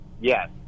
Yes